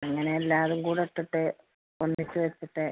അങ്ങനെ എല്ലാതും കൂടെ ഇട്ടിട്ട് ഒന്നിച്ച് വെച്ചിട്ട്